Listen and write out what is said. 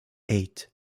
eight